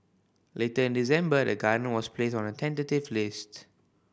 later in December the Gardens was placed on a tentative list